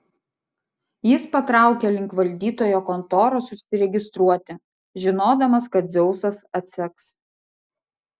jis patraukė link valdytojo kontoros užsiregistruoti žinodamas kad dzeusas atseks